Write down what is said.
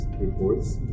reports